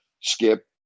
Skip